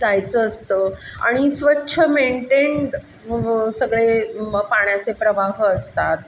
जायचं असतं आणि स्वच्छ मेंटेन्ड सगळे पाण्याचे प्रवाह असतात